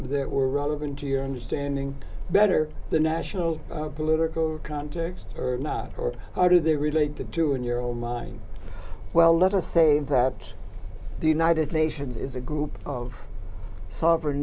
there were relevant to your understanding better the national political context or not or how do they relate the two in your own mind well let us say that the united nations is a group of sovereign